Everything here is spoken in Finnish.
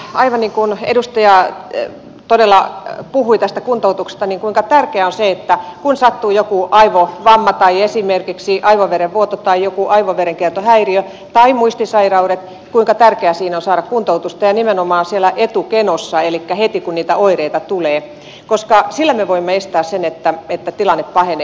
aivan niin kuin edustaja todella puhui tästä kuntoutuksesta niin kuinka tärkeää on se että kun sattuu joku aivovamma tai esimerkiksi aivoverenvuoto tai joku aivoverenkiertohäiriö tai kun kyseessä ovat muistisairaudet kuinka tärkeää siinä on saada kuntoutusta ja nimenomaan siellä etukenossa elikkä heti kun niitä oireita tulee koska sillä me voimme estää sen että tilanne pahenee